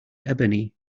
ebony